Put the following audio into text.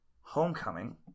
Homecoming